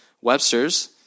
Webster's